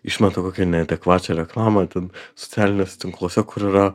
išmeta kokią neadekvačią reklamą ten socialiniuose tinkluose kur yra